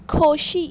खोशी